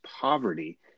poverty